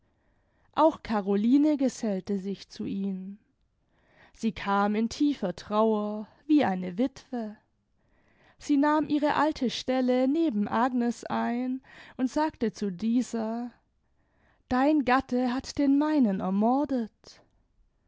auch caroline gesellte sich zu ihnen sie kam in tiefer trauer wie eine witwe sie nahm ihre alte stelle neben agnes ein und sagte zu dieser dein gatte hat den meinen ermordet